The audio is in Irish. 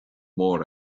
mór